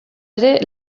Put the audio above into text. ere